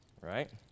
right